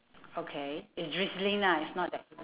okay it's drizzling lah it's not that heavy